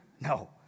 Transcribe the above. No